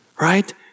Right